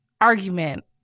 argument